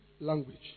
language